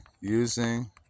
using